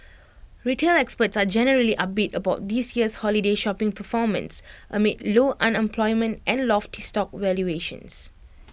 retail experts are generally upbeat about this year's holiday shopping performance amid low unemployment and lofty stock valuations